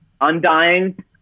Undying